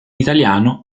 italiano